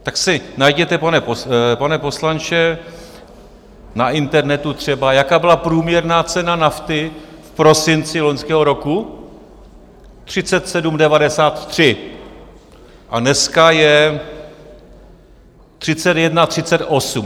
Tak si najděte, pane poslanče, na internetu třeba, jaká byla průměrná cena nafty v prosinci loňského roku 37,93 a dneska je 31,38.